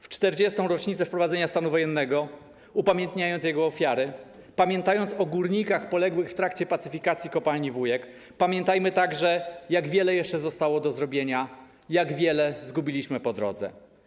W 40. rocznicę wprowadzenia stanu wojennego, upamiętniając jego ofiary, pamiętając o górnikach poległych w trakcie pacyfikacji kopalni Wujek, pamiętajmy także o tym, jak wiele jeszcze zostało do zrobienia, jak wiele zgubiliśmy po drodze.